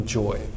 joy